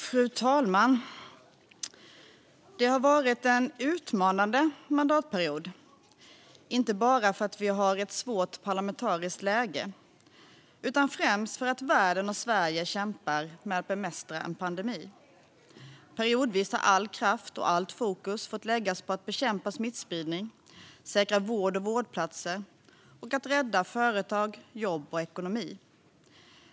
Fru talman! Det har varit en utmanande mandatperiod, inte bara för att vi har ett svårt parlamentariskt läge utan främst för att världen och Sverige kämpar med att bemästra en pandemi. Periodvis har all kraft och allt fokus fått läggas på att bekämpa smittspridning, säkra vård och vårdplatser och rädda företag, jobb och ekonomi.